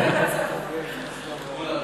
וגם הייתם בצבא.